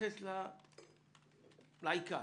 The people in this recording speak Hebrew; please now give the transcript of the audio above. התייחסי לעיקר.